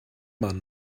man